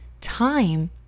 time